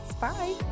Bye